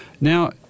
Now